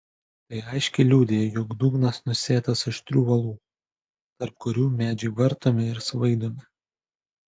tai aiškiai liudija jog dugnas nusėtas aštrių uolų tarp kurių medžiai vartomi ir svaidomi